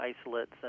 isolates